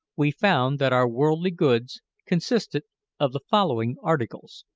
we found that our worldly goods consisted of the following articles